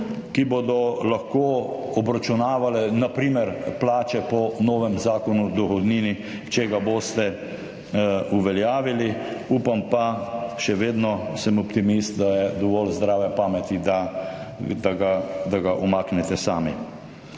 ki bodo lahko obračunavale na primer plače po novem zakonu o dohodnini, če ga boste uveljavili. Upam pa, še vedno sem optimist, da je dovolj zdrave pameti, da ga umaknete sami.